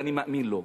ואני מאמין לו.